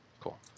Cool